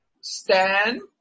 stand